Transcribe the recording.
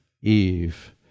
eve